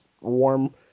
warm